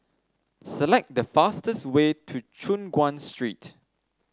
select the fastest way to Choon Guan Street